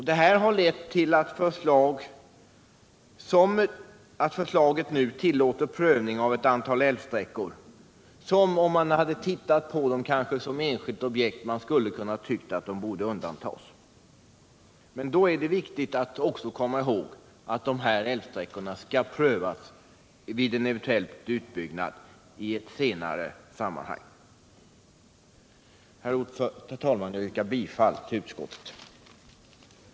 Mot den bakgrunden har man funnit sig kunna tillåta prövning av ett antal älvsträckor, som man kanske skulle ha funnit skäl för att undanta, om de hade betraktats var för sig som enskilda objekt. Mot den bakgrunden är det dock viktigt att hålla i minnet att det skall ske en verklig prövning av dessa älvsträckor då fråga eventuellt uppstår om en utbyggnad av dem i senare sammanhang. Herr talman! Jag yrkar bifall till utskottets hemställan.